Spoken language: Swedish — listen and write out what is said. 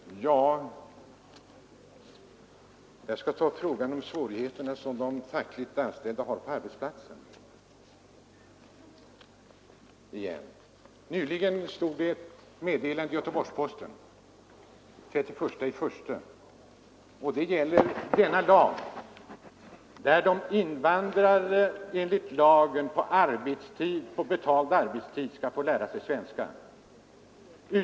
Herr talman! Jag skall återigen ta upp frågan om de svårigheter de fackligt anställda har på arbetsplatserna. Den 31 januari stod ett meddelande i Dagens Nyheter om den lag som gäller invandrares rätt att på betald arbetstid lära sig svenska.